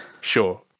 sure